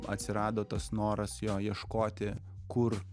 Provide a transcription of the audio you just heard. atsirado tas noras jo ieškoti kur